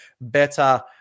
better